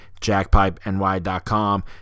jackpipeny.com